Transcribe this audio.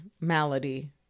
Malady